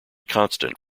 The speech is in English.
constant